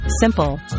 simple